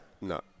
No